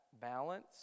balance